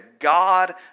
God